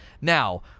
now